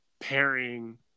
pairing –